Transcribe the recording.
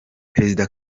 perezida